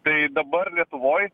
tai dabar lietuvoj